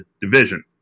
division